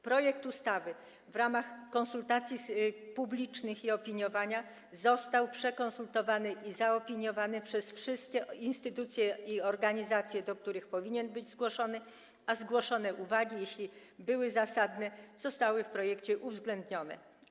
Projekt ustawy w ramach konsultacji publicznych i opiniowania został skonsultowany i zaopiniowany przez wszystkie instytucje i organizacje, do których powinien być zgłoszony, a zgłoszone uwagi, jeśli były zasadne, zostały w projekcie uwzględnione.